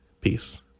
Peace